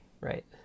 right